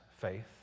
faith